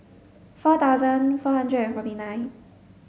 four thousand four hundred and forty nine